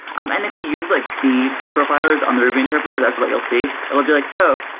um and if you use like c profilers on the ruby interpreter, that's what you'll see. it will be like, oh!